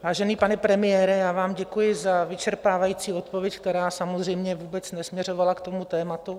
Vážený pane premiére, já vám děkuji za vyčerpávající odpověď, která samozřejmě vůbec nesměřovala k tomu tématu.